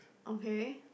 okay